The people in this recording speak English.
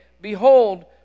Behold